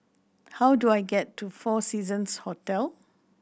how do I get to Four Seasons Hotel